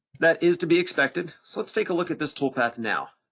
that is to be expected. so let's take a look at this toolpath now.